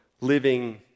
living